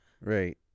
right